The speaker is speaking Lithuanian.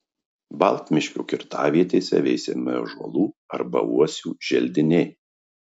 baltmiškio kirtavietėse veisiami ąžuolų arba uosių želdiniai